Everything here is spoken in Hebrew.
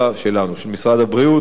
החלה כבר לפני זמן רב.